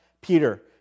Peter